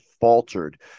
faltered